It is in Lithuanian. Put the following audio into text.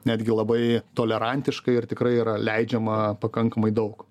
netgi labai tolerantiškai ir tikrai yra leidžiama pakankamai daug